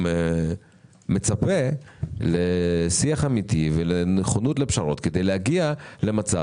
אני מצפה לשיח אמיתי ולנכונות לפשרות כדי להגיע למצב